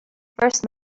first